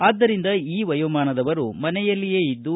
ಆದ್ದರಿಂದ ಈ ವಯೋಮಾನದವರು ಮನೆಯಲ್ಲಿಯೇ ಇದ್ದು